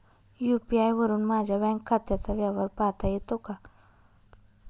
UPI वरुन माझ्या bank खात्याचा व्यवहार पाहता येतो का?